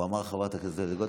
הוא אמר: חברת הכנסת טלי גוטליב.